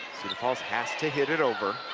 has to hit it over.